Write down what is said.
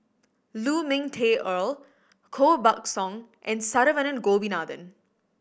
Lu Ming Teh Earl Koh Buck Song and Saravanan Gopinathan